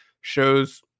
shows